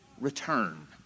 return